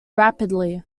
rapidly